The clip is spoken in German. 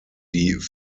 die